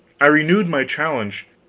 i renewed my challenge,